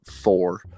four